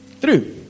True